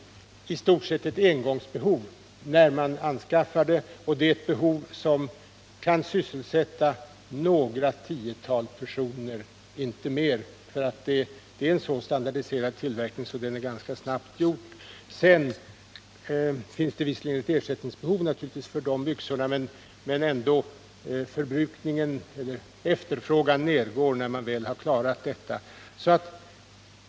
Det rör sig i stort sett om ett engångsbehov som kan möjliggöra sysselsättning åt några tiotal personer, inte mer. Tillverkningen är så pass standardiserad att den kan ske ganska snabbt. Naturligtvis finns det sedan ett ersättningsbehov när det gäller dessa byxor, men kvar står att efterfrågan sjunker sedan man väl har klarat själva anskaffandet.